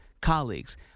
colleagues